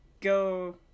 go